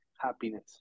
Happiness